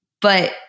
But-